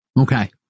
Okay